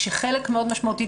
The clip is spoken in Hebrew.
כשחלק מאוד משמעותי,